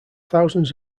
thousands